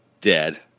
Dead